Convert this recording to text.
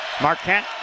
marquette